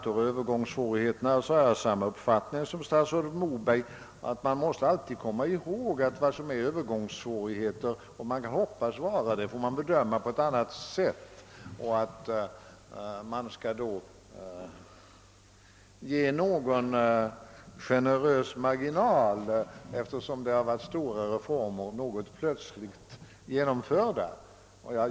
ter om övergångssvårigheterna har jag samma uppfattning som statsrådet Moberg, nämligen att sådant som man kan hoppas vara problem av övergående natur får behandlas på ett särskilt sätt. Man skall tillämpa en generös marginal i sådana sammanhang, eftersom det gäller stora reformer som genomförts snabbt.